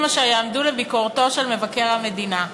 אשר יעמדו לביקורתו של מבקר המדינה.